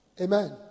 Amen